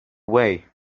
way